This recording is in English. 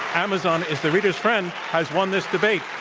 amazon is the reader's friend, has won this debate.